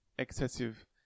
excessive